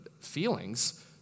feelings